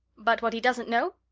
but what he doesn't know,